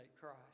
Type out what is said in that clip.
Christ